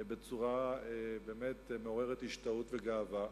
ובצורה באמת מעוררת השתאות וגאווה,